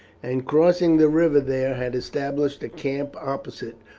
and crossing the river there had established a camp opposite,